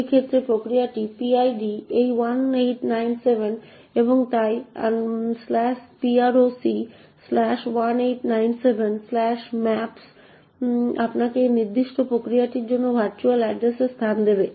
এই ক্ষেত্রে প্রক্রিয়াটির PID এই 1897 এবং তাই proc 1897 maps আপনাকে সেই নির্দিষ্ট প্রক্রিয়াটির জন্য ভার্চুয়াল এড্রেস এর স্থান দেবে